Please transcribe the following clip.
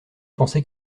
pensait